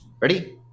Ready